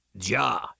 Ja